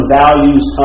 values